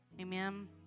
Amen